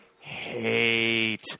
hate